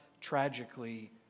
tragically